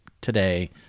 today